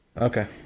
Okay